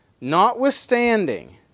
notwithstanding